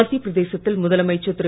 மத்திய பிரதேசத்தில் முதலமைச்சர் திரு